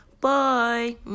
Bye